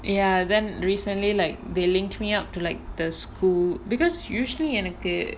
ya then recently like they linked me up to like the school because usually எனக்கு:enakku